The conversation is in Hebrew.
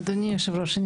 אדוני היושב ראש,